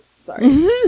Sorry